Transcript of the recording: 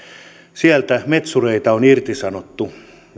sieltä metsureita on irtisanottu